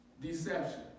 Deception